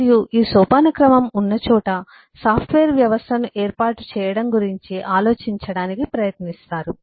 మరియు ఈ సోపానక్రమం ఉన్న చోట సాఫ్ట్వేర్ వ్యవస్థను ఏర్పాటు చేయడం గురించి ఆలోచించటానికి ప్రయత్నిస్తారు